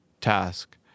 task